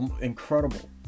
incredible